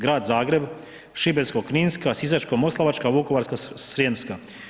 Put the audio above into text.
Grad Zagreb, Šibensko-kninska, Sisačko-moslavačka, Vukovarsko-srijemska.